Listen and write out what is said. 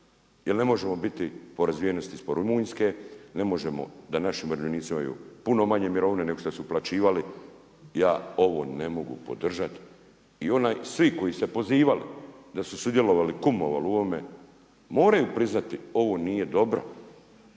jel ne možemo biti po razvijenosti ispod Rumunjske, ne možemo da naši umirovljenici imaju puno manje mirovine nego šta su uplaćivali, ja ovo ne mogu podržati. I svi koji su se pozivali da su sudjelovali, kumovali u ovome moraju priznati ovo nije dobro